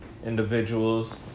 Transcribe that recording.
individuals